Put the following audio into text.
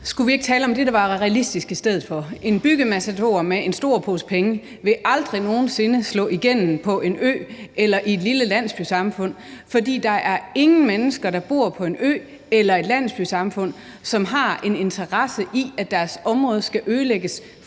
Skulle vi ikke tale om det, der var realistisk i stedet for. En byggematador med en stor pose penge vil aldrig nogen sinde slå igennem på en ø eller i et lille landsbysamfund. For der er ingen mennesker, der bor på en ø eller i et landsbysamfund, som har en interesse i, at deres område skal ødelægges